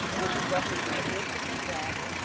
which was roughly ninety eight percent black,